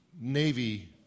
Navy